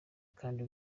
kandi